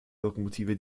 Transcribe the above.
lokomotive